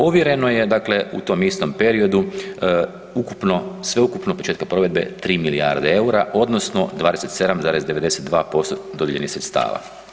Ovjereno je dakle u tom istom periodu ukupno, sveukupno od početka provedbe 3 milijarde EUR-a odnosno 27,92% dodijeljenih sredstava.